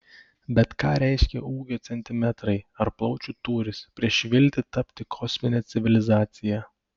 bet ką reiškia ūgio centimetrai ar plaučių tūris prieš viltį tapti kosmine civilizacija